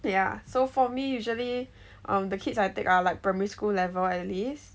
yeah so for me usually um the kids I take are like primary school level at least